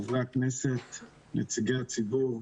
חברי הכנסת נציגי הציבור.